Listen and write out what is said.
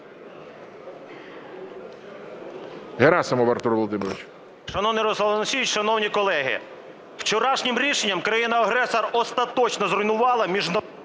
Герасимов Артур Володимирович.